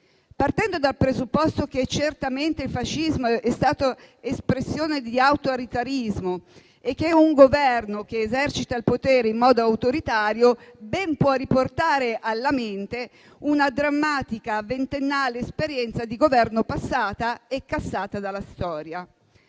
partendo dal presupposto che certamente il fascismo è stato espressione di autoritarismo e che un Governo che esercita il potere in modo autoritario ben può riportare alla mente una drammatica ventennale esperienza di Governo passata e cassata dalla storia.